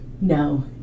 no